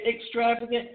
extravagant